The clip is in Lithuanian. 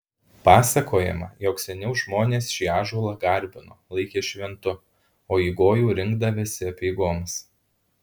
pasakojama jog seniau žmonės šį ąžuolą garbino laikė šventu o į gojų rinkdavęsi apeigoms